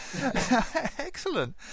Excellent